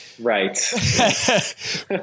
Right